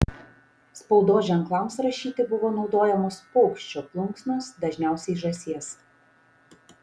spaudos ženklams rašyti buvo naudojamos paukščio plunksnos dažniausiai žąsies